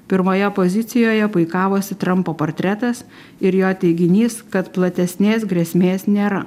pirmoje pozicijoje puikavosi trampo portretas ir jo teiginys kad platesnės grėsmės nėra